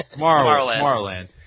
Tomorrowland